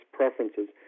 preferences